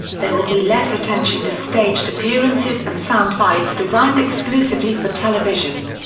there will be less attention to staged appearances and sound bites designed exclusively for television.